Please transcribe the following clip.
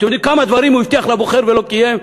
אתם יודעים כמה דברים הוא הבטיח לבוחר ולא קיים?